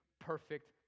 perfect